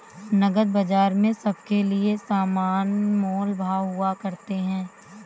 नकद बाजार में सबके लिये समान मोल भाव हुआ करते हैं